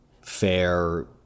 fair